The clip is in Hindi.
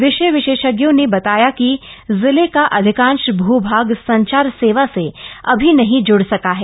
विषय विशेषज्ञों ने बताया कि जिले का अधिकांश भू भाग संचार सेवा से अभी नहीं ज्ड़ सका है